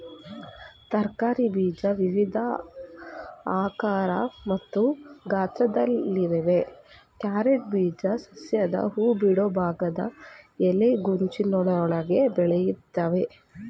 ತರಕಾರಿ ಬೀಜ ವಿವಿಧ ಆಕಾರ ಮತ್ತು ಗಾತ್ರದಲ್ಲಿವೆ ಕ್ಯಾರೆಟ್ ಬೀಜ ಸಸ್ಯದ ಹೂಬಿಡುವ ಭಾಗದ ಎಲೆಗೊಂಚಲೊಳಗೆ ಬೆಳಿತವೆ